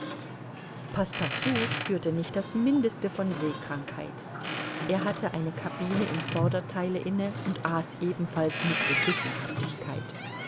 spürte nicht das mindeste von seekrankheit er hatte eine cabine im vordertheile inne und aß ebenfalls mit gewissenhaftigkeit